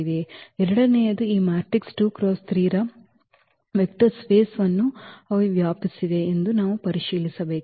ಎರಡನೆಯದು ಈ ಮ್ಯಾಟ್ರಿಸೈಸ್ 2 × 3 ರ ವೆಕ್ಟರ್ ಸ್ಪೇಸ್ ವನ್ನು ಅವು ವ್ಯಾಪಿಸಿವೆ ಎಂದು ನಾವು ಪರಿಶೀಲಿಸಬೇಕು